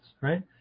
right